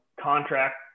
contract